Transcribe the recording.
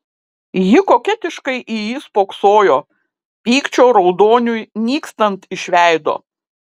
ji koketiškai į jį spoksojo pykčio raudoniui nykstant iš veido